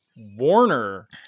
Warner